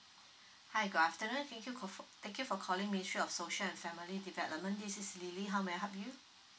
hi good afternoon thank you ca~ for thank you for calling ministry of social and family development this is lily how may I help you